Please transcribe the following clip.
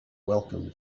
welcome